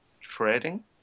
Trading